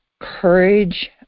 courage